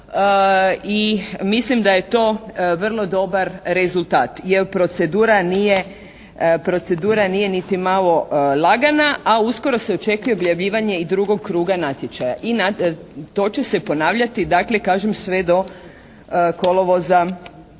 i mislim da je to vrlo dobar rezultat. Jer procedura nije niti malo lagana. A uskoro se očekuje objavljivanje i drugog kruga natječaja. I to će se ponavljati dakle kažem sve do kolovoza